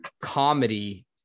comedy